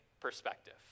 perspective